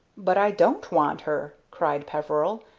but i don't want her! cried peveril.